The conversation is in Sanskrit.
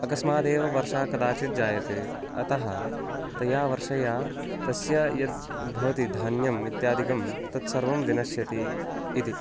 अकस्मादेव वर्षा कदाचिज्जायते अतः तया वर्षया तस्य यद् भवति धान्यम् इत्यादिकं तत् सर्वं विनश्यति इति